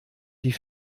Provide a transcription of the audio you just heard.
die